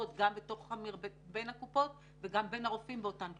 גם בין הקופות וגם בין הרופאים באותן קופות.